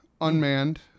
unmanned